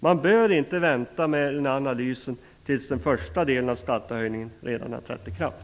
Man bör inte vänta med analysen tills den första delen av skattehöjningen redan har trätt i kraft.